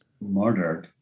murdered